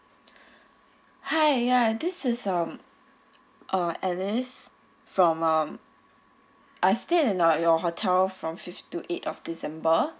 hi ya this is um uh alice from um I stayed at uh your hotel from fifth to eight of december